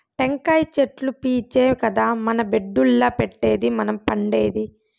టెంకాయ చెట్లు పీచే కదా మన బెడ్డుల్ల పెట్టేది మనం పండేది